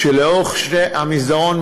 ולאורך המסדרון,